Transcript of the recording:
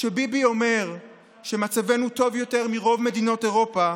כשביבי אומר שמצבנו טוב יותר מרוב מדינות אירופה,